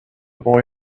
boy